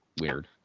weird